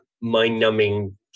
mind-numbing